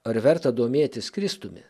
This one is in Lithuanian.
ar verta domėtis kristumi